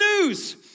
news